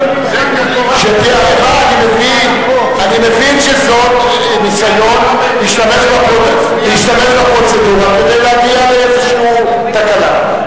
אני מבין שזה ניסיון להשתמש בפרוצדורה כדי להגיע לאיזה תקלה.